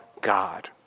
God